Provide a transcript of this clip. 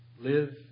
live